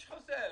יש חוזה.